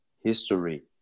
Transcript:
history